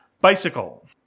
Bicycle